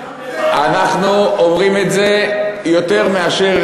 אנחנו אומרים את זה יותר מאשר